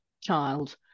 child